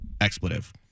expletive